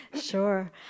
Sure